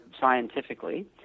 scientifically